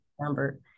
number